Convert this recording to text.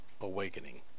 awakening